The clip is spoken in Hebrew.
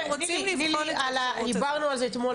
אנחנו רוצים לבחון --- דיברנו על זה אתמול,